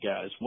guys